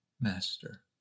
Master